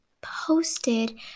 posted